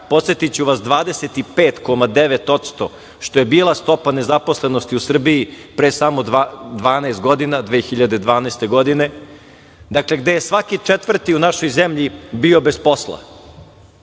podsetiću vas na 25,9% što je bila stopa nezaposlenosti u Srbiji pre samo 12 godina, 2012. godine, gde je svaki četvrti u našoj zemlji bio bez posla,